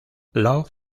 love